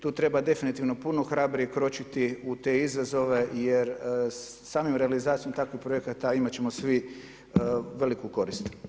Tu treba definitivno puno hrabrije kročiti u te izazove jer samom realizacijom tih projekata imat ćemo svi veliku korist.